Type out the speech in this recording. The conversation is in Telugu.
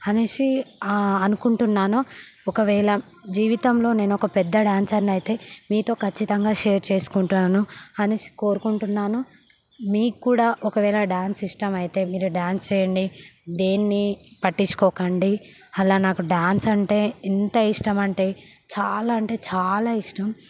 అనేసి అనుకుంటున్నాను ఒకవేళ జీవితంలో నేను ఒక పెద్ద డాన్సర్ని అయితే మీతో ఖచ్చితంగా షేర్ చేసుకుంటున్నాను అనేసి కోరుకుంటున్నాను మీకు కూడా ఒకవేళ డాన్స్ ఇష్టమైతే మీరు డాన్స్ చేయండి దేన్ని పట్టించుకోకండి అలా నాకు డాన్స్ అంటే ఎంత ఇష్టమంటే చాలా అంటే చాలా ఇష్టం